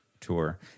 tour